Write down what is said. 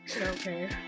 Okay